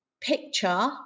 picture